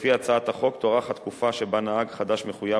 לפי הצעת החוק תוארך התקופה שבה נהג חדש מחויב